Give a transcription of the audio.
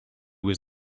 was